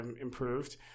improved